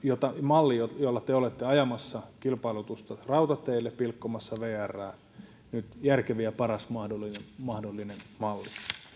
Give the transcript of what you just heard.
malli jolla te olette ajamassa kilpailutusta rautateille pilkkomassa vrää nyt järkevin ja paras mahdollinen mahdollinen malli